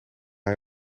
hij